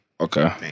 Okay